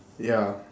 ya